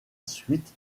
suite